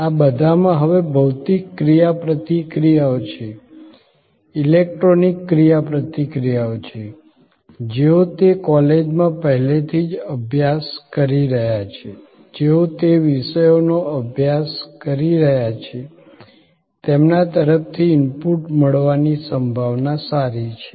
આ બધામાં હવે ભૌતિક ક્રિયાપ્રતિક્રિયાઓ છે ઇલેક્ટ્રોનિક ક્રિયાપ્રતિક્રિયાઓ છે જેઓ તે કોલેજોમાં પહેલેથી જ અભ્યાસ કરી રહ્યાં છે જેઓ તે વિષયોનો અભ્યાસ કરી રહ્યાં છે તેમના તરફથી ઇનપુટ મળવાની સંભાવના સારી છે